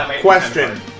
Question